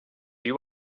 you